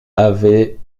avait